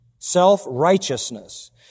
Self-righteousness